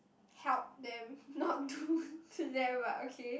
help them not do to them but okay